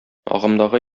агымдагы